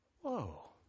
Whoa